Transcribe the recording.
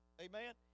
Amen